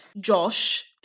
josh